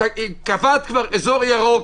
כבר קבעת אזור ירוק,